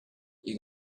you